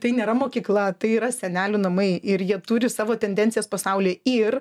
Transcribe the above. tai nėra mokykla tai yra senelių namai ir jie turi savo tendencijas pasauly ir